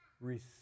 receive